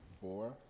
four